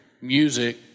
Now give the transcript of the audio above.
music